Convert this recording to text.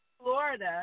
Florida